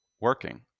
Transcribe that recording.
working